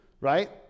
right